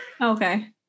Okay